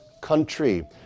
country